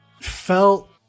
felt